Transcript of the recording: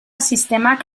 sistemak